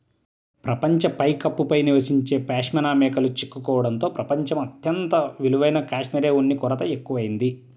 ప్రపంచ పైకప్పు పై నివసించే పాష్మినా మేకలు చిక్కుకోవడంతో ప్రపంచం అత్యంత విలువైన కష్మెరె ఉన్ని కొరత ఎక్కువయింది